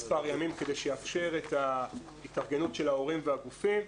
מספר ימים כדי שיאפשר את ההתארגנות של ההורים והגופים.